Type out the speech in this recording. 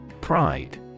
Pride